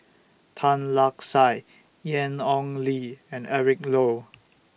Tan Lark Sye Ian Ong Li and Eric Low